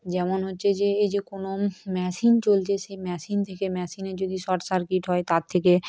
যেমন হচ্ছে যে এই যে কোনো মেশিন চলছে সেই মেশিন থেকে মেশিনে যদি শর্ট সার্কিট হয় তার থেকে